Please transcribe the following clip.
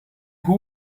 who